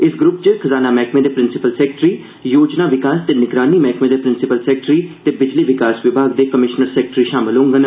इस ग्रूप च खजाना मैह्कमे दे प्रिंसिपल सैक्रेटरी योजना विकास ते निगरानी मैह्कमे दे प्रिंसिपल सैक्रेटरी ते बिजली विकास विभाग दे कमिशनर सैक्रेटरी शामिल होडन